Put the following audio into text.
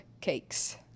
cakes